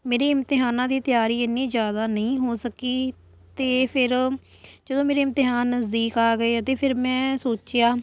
ਮੇਰੀ ਇਮਤਿਹਾਨਾਂ ਦੀ ਤਿਆਰੀ ਇੰਨੀ ਜ਼ਿਆਦਾ ਨਹੀ ਹੋ ਸਕੀ ਅਤੇ ਫਿਰ ਜਦੋਂ ਮੇਰੇ ਇਮਤਿਹਾਨ ਨਜ਼ਦੀਕ ਆ ਗਏ ਅਤੇ ਫਿਰ ਮੈਂ ਸੋਚਿਆ